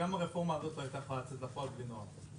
הרפורמה הזאת לא הייתה יכולה לצאת לפועל בלי נעם.